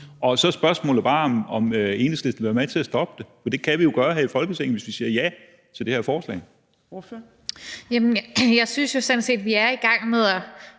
Så er spørgsmålet bare, om Enhedslisten vil være med til at stoppe det, for det kan vi jo gøre her i Folketinget, hvis vi siger ja til det her forslag. Kl. 13:30 Fjerde næstformand